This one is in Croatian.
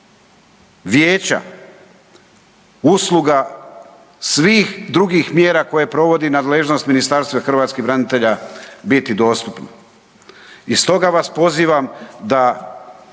vijeća, usluga svih drugih mjera koje provodi nadležnost Ministarstvo hrvatskih branitelja biti dostupno. I stoga vas pozivam da